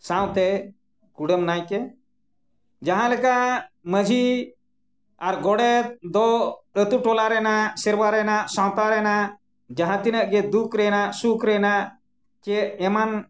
ᱥᱟᱶᱛᱮ ᱠᱩᱰᱟᱹᱢ ᱱᱟᱭᱠᱮ ᱡᱟᱦᱟᱸ ᱞᱮᱠᱟ ᱢᱟᱺᱡᱷᱤ ᱟᱨ ᱜᱚᱰᱮᱛ ᱫᱚ ᱟᱛᱳ ᱴᱚᱞᱟ ᱨᱮᱱᱟᱜ ᱥᱮᱨᱣᱟ ᱨᱮᱱᱟᱜ ᱥᱟᱶᱛᱟ ᱨᱮᱱᱟᱜ ᱡᱟᱦᱟᱸ ᱛᱤᱱᱟᱹᱜ ᱜᱮ ᱫᱩᱠ ᱨᱮᱱᱟᱜ ᱥᱩᱠ ᱨᱮᱱᱟᱜ ᱥᱮ ᱮᱢᱟᱱ